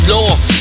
Law